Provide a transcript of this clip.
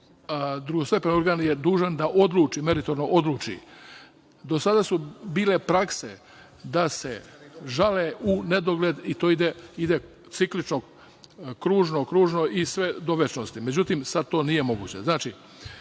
drugostepeni organ je dužan da odluči, meritorno odluči. Do sada su bile prakse da se žale u nedogled i to ide ciklično, kružno, kružno i sve do večnosti. Međutim, sad to nije moguće. Znači,